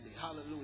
hallelujah